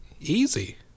Easy